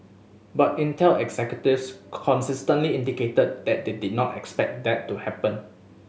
but Intel executives consistently indicated that they they did not expect that to happen